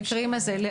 המקרים האלה.